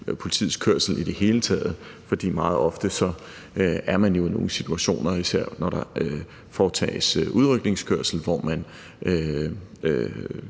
politiets kørsel i det hele taget. Man er jo meget ofte i nogle skarpe situationer, især når der foretages udrykningskørsel, hvor man